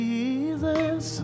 Jesus